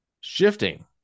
shifting